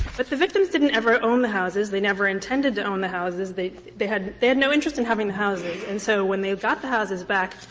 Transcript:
but the victims didn't ever own the houses. they never intended to own the houses. they they had they had no interest in having the houses. and so when they got the houses back,